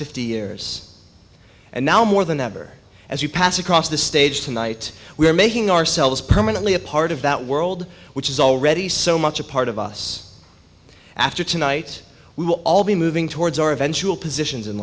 fifty years and now more than ever as you pass across the stage tonight we're making ourselves permanently a part of that world which is already so much a part of us after tonight we will all be moving towards our eventual positions in